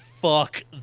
fuck